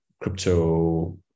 Crypto